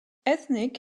ethnic